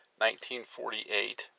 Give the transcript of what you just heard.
1948